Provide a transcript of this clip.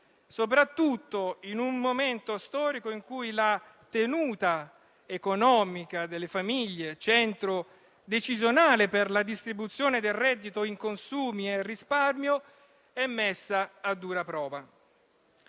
soprattutto in un momento storico in cui la tenuta economica delle famiglie, centro decisionale per la distribuzione del reddito in consumi e risparmio, è messa a dura prova.